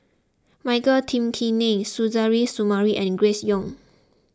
Michael Tan Kim Nei Suzairhe Sumari and Grace Young